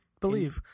believe